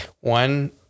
One